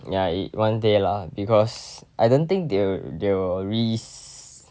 ya it one day lah because I don't think they'll they'll risk